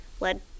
led